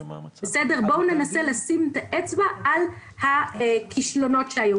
קודם בואו ננסה לשים את האצבע על הכישלונות שהיו,